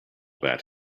bat